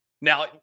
Now